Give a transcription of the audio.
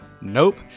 nope